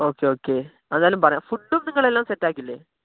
okay okay okay എന്നാലും പറയാം ഫുഡും നിങ്ങൾ എല്ലാം സെറ്റാക്കില്ലേ